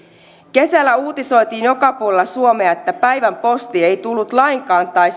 kesällä uutisoitiin joka puolella suomea että päivän posti ei tullut lainkaan tai